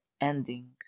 ending